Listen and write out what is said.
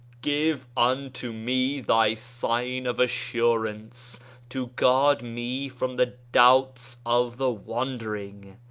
give unto me thy sign of assurance to guard me from the doubts of the wandering.